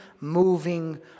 moving